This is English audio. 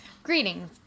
Greetings